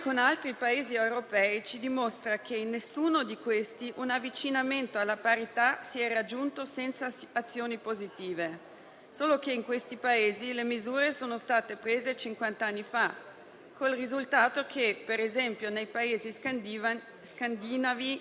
Ma dispiace anche che questo intervento si sia limitato solo alla doppia preferenza, senza prevedere l'esclusione per le liste che non rispettano la quota di genere. In teoria, potrebbero esserci liste di soli uomini, che verrebbero sanzionate solo con un'ammenda pecuniaria.